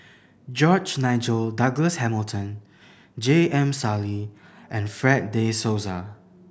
George Nigel Douglas Hamilton J M Sali and Fred De Souza